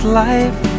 life